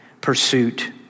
pursuit